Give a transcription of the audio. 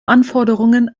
anforderungen